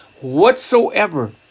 whatsoever